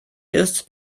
ist